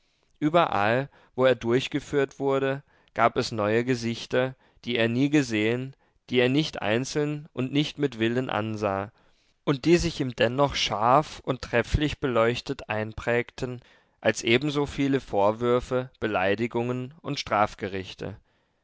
überall wo er durchgeführt wurde gab es neue gesichter die er nie gesehen die er nicht einzeln und nicht mit willen ansah und die sich ihm dennoch scharf und trefflich beleuchtet einprägten als ebenso viele vorwürfe beleidigungen und strafgerichte